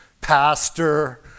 pastor